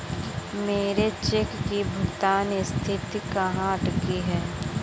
मेरे चेक की भुगतान स्थिति कहाँ अटकी है?